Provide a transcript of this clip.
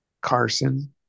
Carson